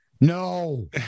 No